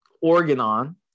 organon